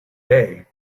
day